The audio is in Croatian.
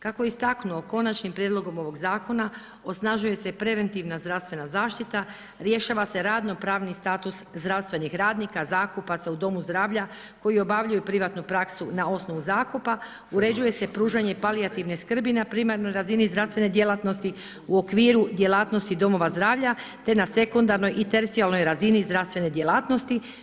Kako je istaknuo konačnim prijedlogom ovoga zakona osnažuje se preventivna zdravstvena zaštita, rješava se radno pravni status zdravstvenih radnika, zakupaca u domu zdravlja koji obavljaju privatnu praksu na osnovu zakupa, uređuje se pružanje palijativne skrbi na primarnoj razini zdravstvene djelatnosti u okviru djelatnosti domova zdravlja te na sekundarnoj i tercijarnoj razini zdravstvene djelatnosti.